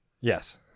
Yes